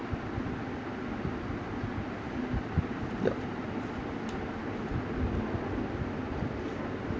yup